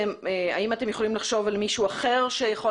האם אתם יכולים לחשוב על מישהו אחר שיכול